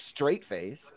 Straightface